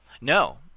No